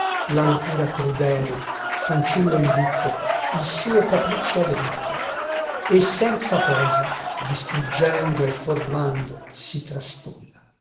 la natura crudel fanciullo invitto il suo capriccio adempie e senza posa distruggendo e formando si trastulla